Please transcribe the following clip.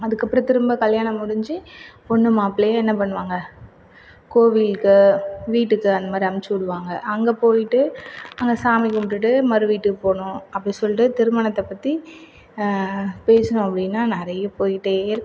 அதுக்கப்புற திரும்ப கல்யாண முடிஞ்சு பொண்ணு மாப்பிளையும் என்ன பண்ணுவாங்கள் கோவிலுக்கு வீட்டுக்கு அந்த மாதிரி அமைச்சு விடுவாங்கள் அங்கே போயிட்டு அங்கே சாமி கும்பிட்டுட்டு மறு வீட்டுக்கு போகனும் அப்படி சொல்லிட்டு திருமணத்தை பற்றி பேசுனு அப்படினா நிறைய போயிட்டேருக்கும்